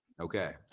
Okay